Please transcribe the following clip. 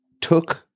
took